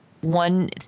one